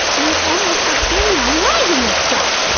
i almost got buried alive in this stuff!